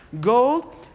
gold